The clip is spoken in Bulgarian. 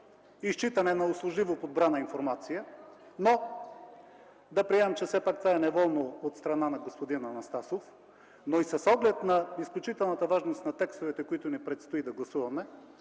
изчитане на услужливо подбрана информация, но да приемем, че все пак това е неволно от страна на господин Анастасов. С оглед на изключителната важност на текстовете, които ни предстои да гласуваме,